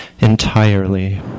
Entirely